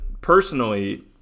personally